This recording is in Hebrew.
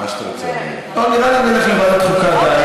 טוב, אולי נלך לוועדת חוקה.